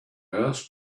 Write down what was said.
asked